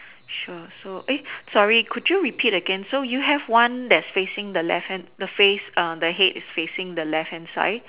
sure so eh sorry could you repeat again so you have one at the same left hand the face is facing the left hand side